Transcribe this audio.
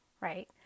right